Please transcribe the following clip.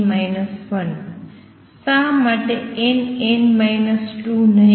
શા માટે નહિ